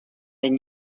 and